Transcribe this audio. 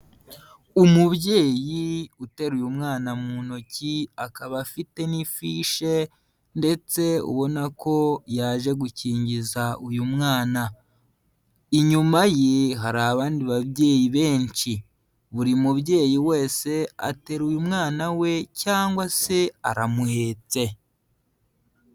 Umubyeyi uteruye umwana mu ntoki akaba afite n'ifishe ndetse ubona ko yaje gukingiza uyu mwana, inyuma ye hari abandi babyeyi benshi, buri mubyeyi wese ateruye umwana we cyangwa se aramuhetse.